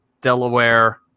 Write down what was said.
Delaware